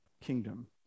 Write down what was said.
kingdom